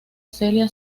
celia